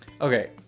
Okay